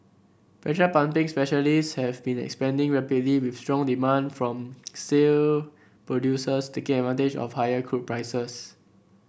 pressure pumping specialist have been expanding rapidly with strong demand from shale producers taking advantage of higher crude prices